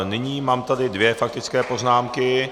Nyní tady mám dvě faktické poznámky.